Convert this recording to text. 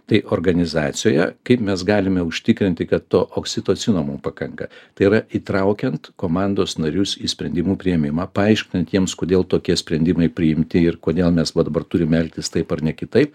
tai organizacijoje kaip mes galime užtikrinti kad to oksitocino mum pakanka tai yra įtraukiant komandos narius į sprendimų priėmimą paaiškinant jiems kodėl tokie sprendimai priimti ir kodėl mes va dabar turim elgtis taip ar nekitaip